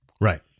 Right